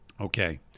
Okay